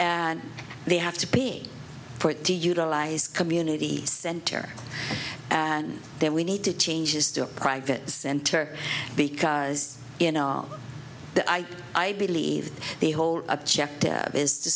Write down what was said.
and they have to be put to utilize community center and then we need to change is to a private center because in our i believe the whole objective is to